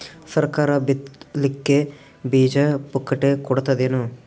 ಸರಕಾರ ಬಿತ್ ಲಿಕ್ಕೆ ಬೀಜ ಪುಕ್ಕಟೆ ಕೊಡತದೇನು?